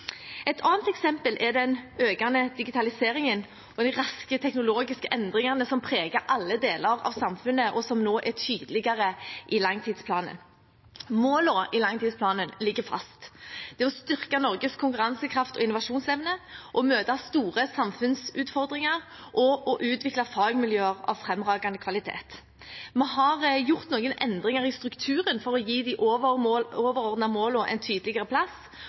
Et annet eksempel er den økende digitaliseringen og de raske teknologiske endringene som preger alle deler av samfunnet, og som nå er tydeligere i langtidsplanen. Målene i langtidsplanen ligger fast: å styrke Norges konkurransekraft og innovasjonsevne å møte store samfunnsutfordringer å utvikle fagmiljøer av fremragende kvalitet Vi har gjort noen endringer i strukturen for å gi de overordnede målene en tydeligere plass og få fram tydeligere